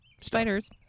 Spiders